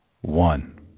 one